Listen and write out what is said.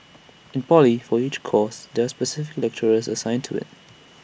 in poly for each course there specific lecturers assigned to IT